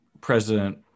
president